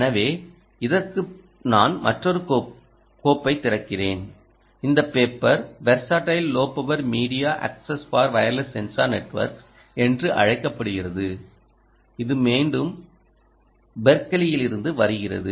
எனவே இதற்கு நான் மற்றொரு கோப்பைத் திறக்கிறேன் இந்த paper 'versatile low power media access for wireless sensor networks' என்று அழைக்கப்படுகிறது இது மீண்டும் பெர்க்லியில் இருந்து வருகிறது